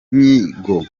nyigo